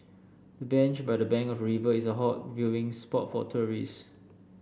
the bench by the bank of river is a hot viewing spot for tourists